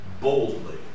boldly